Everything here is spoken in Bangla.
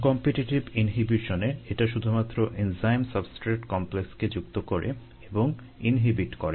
আনকম্পিটিটিভ ইনহিবিশনে এটা শুধুমাত্র এনজাইম সাবস্ট্রেট কমপ্লেক্সকে যুক্ত করে এবং ইনহিবিট করে